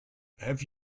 have